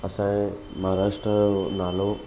असांजे महाराष्ट्र जो नालो